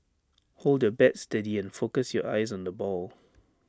hold your bat steady and focus your eyes on the ball